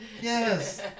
Yes